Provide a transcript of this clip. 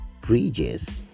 bridges